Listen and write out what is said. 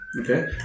Okay